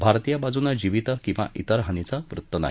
भारतीय बाजूनं जिवित किंवा तेर हानीचं वृत्त नाही